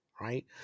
right